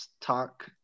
talk